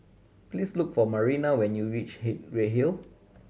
please look for Marina when you reach he Redhill